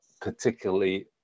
particularly